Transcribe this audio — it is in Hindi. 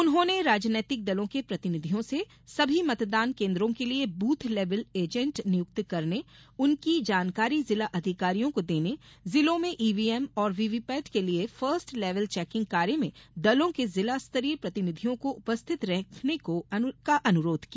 उन्होंने राजनैतिक दलों के प्रतिनिधियों से सभी मतदान केन्द्रों के लिये ब्रथ लेवल एजेण्ट नियुक्त करने उनकी जानकारी जिला अधिकारियों को देने जिलों में ईव्हीएम और व्ही व्हीपैट के लिये फर्स्ट लेवल चैकिंग कार्य में दलों के जिला स्तरीय प्रतिनिधियों को उपस्थित रखने का अनुरोध किया